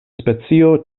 specio